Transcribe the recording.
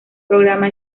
programa